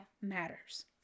matters